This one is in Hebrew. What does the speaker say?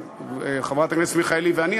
חברת הכנסת מיכאלי ואני.